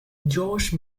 josh